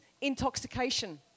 intoxication